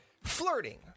Flirting